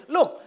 Look